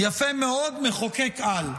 יפה מאוד, מחוקק-על.